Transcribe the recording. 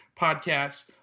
podcasts